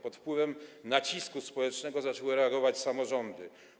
Pod wpływem nacisku społecznego zaczęły reagować samorządy.